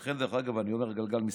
לכן, דרך אגב, אני אומר: הגלגל מסתובב.